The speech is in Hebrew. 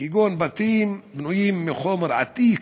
כגון בתים בנויים מחמר עתיק,